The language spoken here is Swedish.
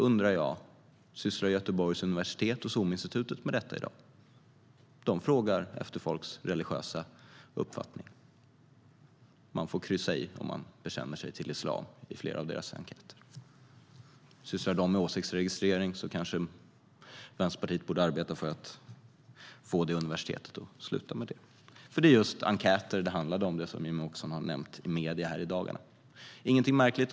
Sysslar i så fall Göteborgs universitet och SOM-institutet med det? De frågar efter folks religiösa uppfattning. I flera av deras enkäter får man kryssa i om man bekänner sig till islam. Om det är åsiktsregistrering borde Vänsterpartiet kanske arbeta med att få Göteborgs universitet att sluta med det. Det som Jimmie Åkesson har nämnt i medierna i dagarna handlar just om enkäter.